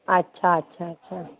अच्छा अच्छा अच्छा